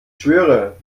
schwöre